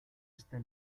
este